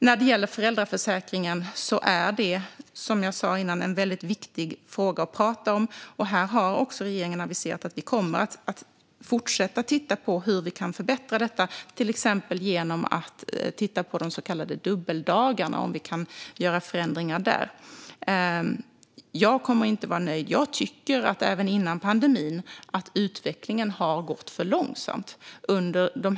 När det gäller föräldraförsäkringen är det som sagt en väldigt viktig fråga att prata om. Regeringen har också aviserat att vi kommer att fortsätta titta på hur man kan förbättra den, till exempel genom att titta på de så kallade dubbeldagarna och om det kan göras förändringar där. Men jag kommer inte att nöja mig med det. Jag tycker att utvecklingen har gått för långsamt, sedan redan innan pandemin.